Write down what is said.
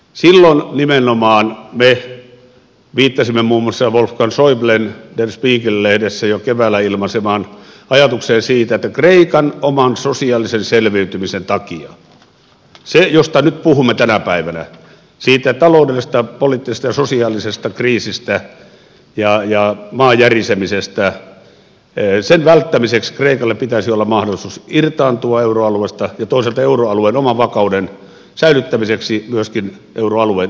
silloin nimenomaan me viittasimme muun muassa wolfgang schäublen der spiegel lehdessä jo keväällä ilmaisemaan ajatukseen siitä että kreikan oman sosiaalisen selviytymisen takia sen mistä nyt puhumme tänä päivänä sen taloudellisen poliittisen ja sosiaalisen kriisin ja maan järisemisen välttämiseksi kreikalla pitäisi olla mahdollisuus irtaantua euroalueesta ja toisaalta euroalueen oman vakauden säilyttämiseksi myöskin euroalueen irtaantua tällaisesta maasta